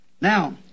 Now